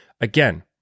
Again